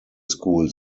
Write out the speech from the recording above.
school